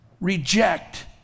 reject